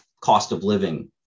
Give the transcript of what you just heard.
cost-of-living